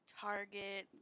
Target